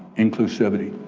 inclusivity.